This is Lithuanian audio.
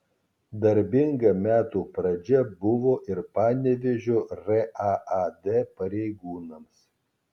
darbinga metų pradžia buvo ir panevėžio raad pareigūnams